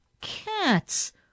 Cats